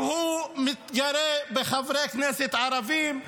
שמתגרה בחברי הכנסת הערבים.